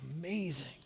amazing